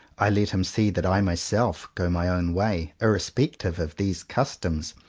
i let him see that i myself, go my own way, irrespec tive of these customs,